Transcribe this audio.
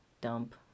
dump